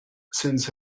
since